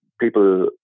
people